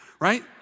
right